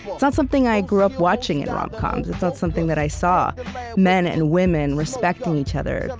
it's not something i grew up watching in rom-coms, it's not something that i saw men and women respecting each other,